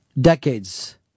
decades